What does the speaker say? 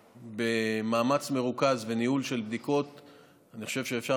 שבמאמץ מרוכז וניהול של בדיקות אני חושב שאפשר